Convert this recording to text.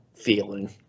feeling